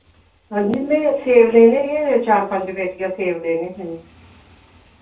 हांजी मैं सेब लेने हे चार पंज पेटियां सेब लेने हे मैं